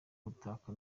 gutaka